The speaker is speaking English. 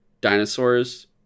dinosaurs